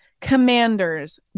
Commanders